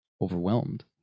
overwhelmed